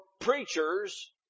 preachers